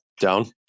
Down